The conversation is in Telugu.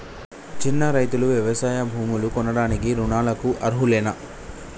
చిన్న రైతులు వ్యవసాయ భూములు కొనడానికి రుణాలకు అర్హులేనా?